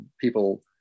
people